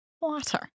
Water